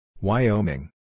Wyoming